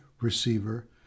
receiver